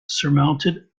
surmounted